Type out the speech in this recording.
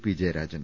P Jayarajan